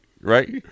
Right